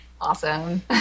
Awesome